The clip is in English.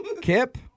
Kip